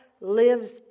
lives